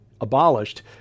abolished